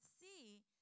see